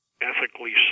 ethically